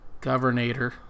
governator